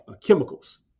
chemicals